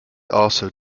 also